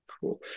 Cool